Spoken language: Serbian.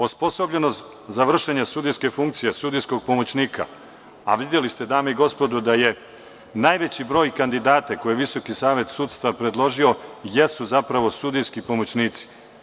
Osposobljenost za vršenje sudijske funkcije, sudijskog pomoćnika, a videli ste, dame i gospodo, da je najveći broj kandidata koje je Visoki savet sudstva predložio jesu zapravo sudijski pomoćnici.